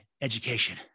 education